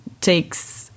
takes